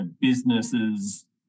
businesses